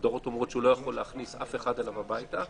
ההגדרות אומרות שהוא לא יכול להכניס אף אחד אליו הביתה,